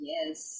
Yes